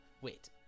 wait